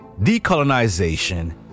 Decolonization